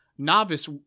novice